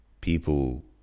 people